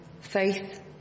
faith